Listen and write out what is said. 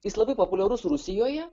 jis labai populiarus rusijoje